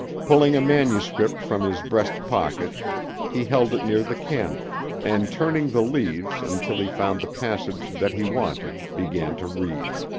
pulling a manuscript from his breast pocket he held it near the candle and turning the leaves until he found the passage that he wanted began to read.